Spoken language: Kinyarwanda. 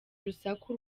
urusaku